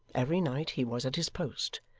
every night he was at his post,